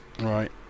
Right